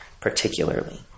particularly